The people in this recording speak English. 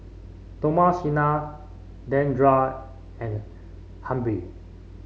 Thomasina Deandra and Humphrey